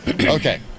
Okay